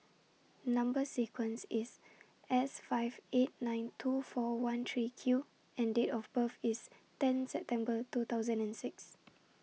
Number sequence IS S five eight nine two four one three Q and Date of birth IS ten September two thousand and six